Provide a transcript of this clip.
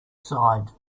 sighed